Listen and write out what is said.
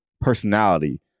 personality